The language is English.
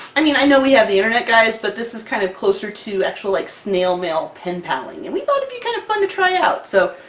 i mean i know we have the internet, guys, but this is kind of closer to actual, like, snail mail, pen-palling. and we thought it'd be kind of fun to try out! so,